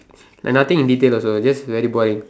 like nothing in detail also just very boring